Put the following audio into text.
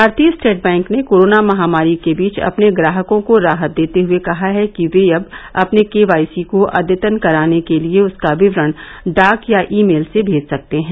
भारतीय State Bank ने corona महामारी के बीच अपने ग्राहकों को राहत देते हुए कहा है कि वे अब अपने केवाईसी को अद्यतन कराने के लिए उसका विवरण डाक या ई मेल से भेज सकते है